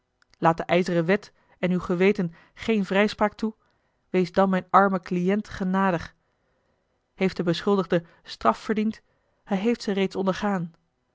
de ijzeren wet en uw geweten geen vrijspraak toe weest dan mijn armen cliënt genadig heeft de beschuldigde straf verdiend hij heeft ze reeds ondergaan